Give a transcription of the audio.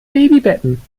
babybetten